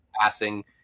passing